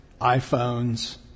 iPhones